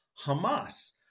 hamas